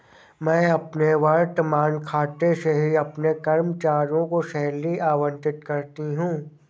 मैं अपने वर्तमान खाते से ही अपने कर्मचारियों को सैलरी आबंटित करती हूँ